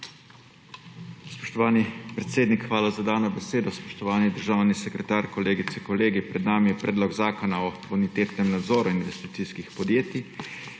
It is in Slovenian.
Spoštovani predsednik, hvala za dano besedo. Spoštovani državni sekretar, kolegice in kolegi! Pred nami je Predlog zakona o bonitetnem nadzoru investicijskih podjetij.